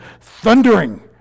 thundering